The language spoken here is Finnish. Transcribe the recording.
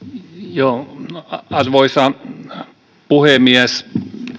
arvoisa puhemies